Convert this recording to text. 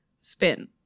spin